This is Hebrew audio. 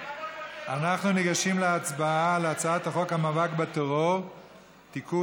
אנחנו ניגשים להצבעה על הצעת חוק המאבק בטרור (תיקון,